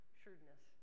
shrewdness